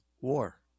war